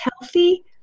healthy